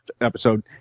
episode